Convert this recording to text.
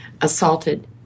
assaulted